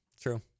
true